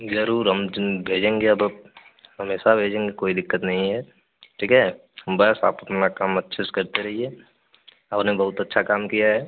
जरूर हम जुन भेजेंगे अब आप हमेशा भेजेंगे कोई दिक्कत नहीं है ठीक है बस आप अपना काम अच्छे से करते रहिए आपने बहुत अच्छा काम किया है